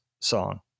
song